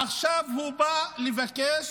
עכשיו הוא בא לבקש,